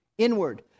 inward